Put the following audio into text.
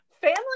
family